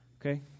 Okay